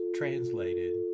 translated